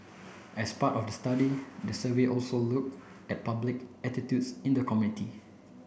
as part of the study the survey also look at public attitudes in the community